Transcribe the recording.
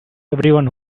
everyone